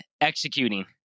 executing